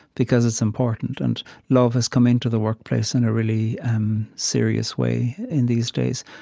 because it's important. and love has come into the workplace in a really um serious way in these days.